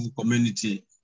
community